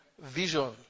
vision